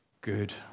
good